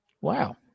Wow